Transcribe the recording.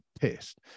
pissed